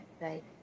right